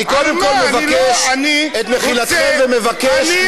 אני קודם כול מבקש את מחילתכם ומבקש מכם, על מה?